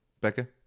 Becca